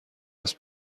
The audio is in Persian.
است